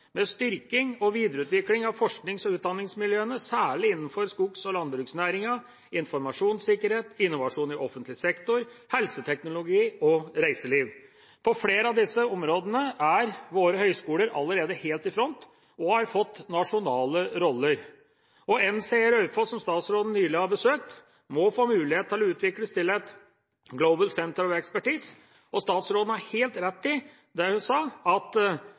med styrking og videreutvikling av forsknings- og utdanningsmiljøene, særlig innenfor skog- og landbruksnæringen, informasjonssikkerhet, innovasjon i offentlig sektor, helseteknologi og reiseliv. På flere av disse områdene er våre høyskoler allerede helt i front og har fått nasjonale roller. NCE Raufoss, som statsråden nylig har besøkt, må få mulighet til å utvikles til et Global Centre of Expertise. Statsråden har helt rett i det hun sa, at